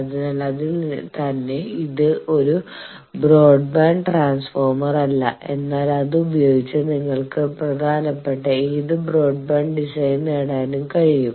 അതിനാൽ അതിൽ തന്നെ ഇത് ഒരു ബ്രോഡ്ബാൻഡ് ട്രാൻസ്ഫോർമർ അല്ല എന്നാൽ അത് ഉപയോഗിച്ച് നിങ്ങൾക്ക് പ്രധാനപ്പെട്ട ഏത് ബ്രോഡ്ബാൻഡ് ഡിസൈൻ നേടാനും കഴിയും